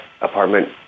apartment